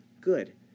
good